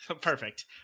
Perfect